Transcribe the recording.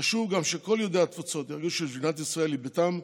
חשוב גם שכל יהודי התפוצות ירגישו שמדינת ישראל היא ביתם,